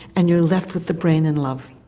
and you're left with the brain in love.